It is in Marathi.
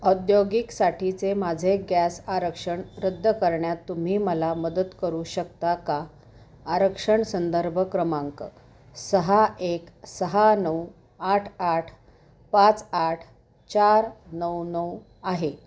औद्योगिकसाठीचे माझे गॅस आरक्षण रद्द करण्यात तुम्ही मला मदत करू शकता का आरक्षण संदर्भ क्रमांक सहा एक सहा नऊ आठ आठ पाच आठ चार नऊ नऊ आहे